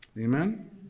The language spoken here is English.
Amen